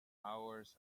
hours